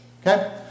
Okay